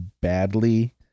badly